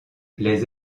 les